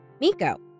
Miko